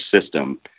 system